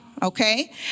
Okay